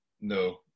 No